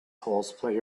horseplay